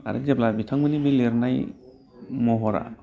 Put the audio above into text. आरो जेब्ला बे बिथांमोननि लिरनाय महरा